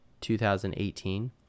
2018